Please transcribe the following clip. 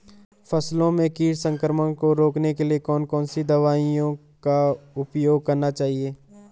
फसलों में कीट संक्रमण को रोकने के लिए कौन कौन सी दवाओं का उपयोग करना चाहिए?